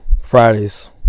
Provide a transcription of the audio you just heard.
Friday's